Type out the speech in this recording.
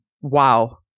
wow